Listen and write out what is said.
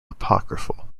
apocryphal